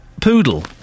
poodle